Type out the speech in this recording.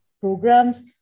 programs